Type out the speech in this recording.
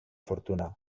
fortuna